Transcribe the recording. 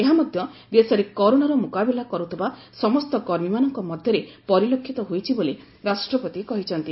ଏହା ମଧ୍ୟ ଦେଶରେ କରୋନାର ମୁକାବିଲା କରୁଥିବା ସମସ୍ତ କର୍ମୀମାନଙ୍କ ମଧ୍ୟରେ ପରିଲକ୍ଷିତ ହୋଇଛି ବୋଲି ରାଷ୍ଟ୍ରପତି କହିଚ୍ଛନ୍ତି